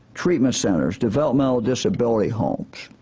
treatment centers, developmental disability homes.